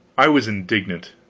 i was indignant,